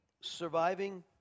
surviving